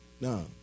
no